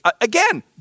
Again